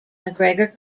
macgregor